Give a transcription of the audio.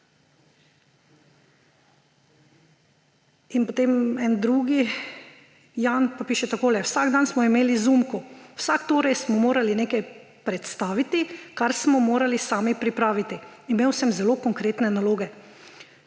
potem drugi Jan pa piše takole: »Vsak dan smo imeli zoomko. Vsak torek smo morali nekaj predstaviti, kar smo morali sami pripraviti. Imel sem zelo konkretne naloge.